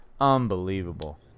Unbelievable